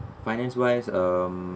finance wise um